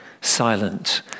silent